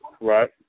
right